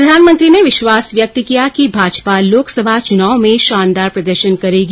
प्रधानमंत्री ने विश्वास व्यक्त किया कि भाजपा लोकसभा चुनावों में शानदार प्रदर्शन करेगी